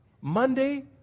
Monday